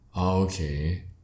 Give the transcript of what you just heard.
Okay